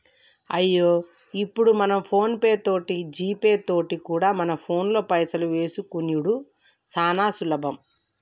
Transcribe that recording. అయ్యో ఇప్పుడు మనం ఫోన్ పే తోటి జీపే తోటి కూడా మన ఫోన్లో పైసలు వేసుకునిడు సానా సులభం